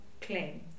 claim